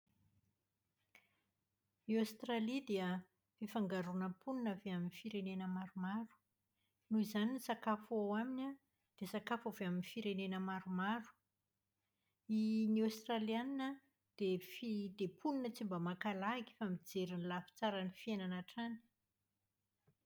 Aostralia dia fifangaroana mponina avy amin'ny firenena maromaro. Noho izany ny sakafo ao aminy an, dia sakafo avy amin'ny firenena maromaro. I ny Aostraliana dia fi- dia mponina tsy mba maka lagy fa mijery ny lafitsaran'ny fiainana hatrany.